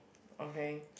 okay